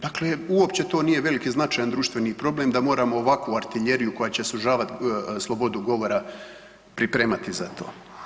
Dakle, uopće to nije veliki i značajan društveni problem da moramo ovakvu artiljeriju koja će sužavat slobodu govora pripremati za to.